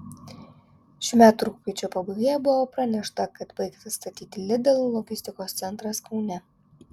šių metų rugpjūčio pabaigoje buvo pranešta kad baigtas statyti lidl logistikos centras kaune